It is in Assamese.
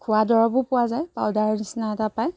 খোৱা দৰৱো পোৱা যায় পাউদাৰৰ নিচিনা এটা পায়